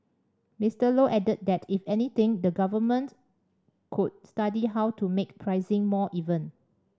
Mister Low added that if anything the Government could study how to make pricing more even